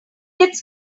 gets